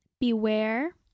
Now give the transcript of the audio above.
Beware